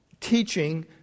teaching